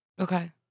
Okay